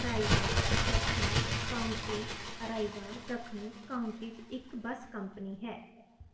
Arriva ਦੱਖਣੀ Counties Arriva ਦੱਖਣੀ Counties ਇੱਕ ਬੱਸ ਕੰਪਨੀ ਹੈ